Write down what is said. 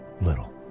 little